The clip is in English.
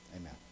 Amen